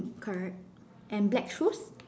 correct and black shoes